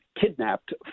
kidnapped